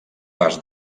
pas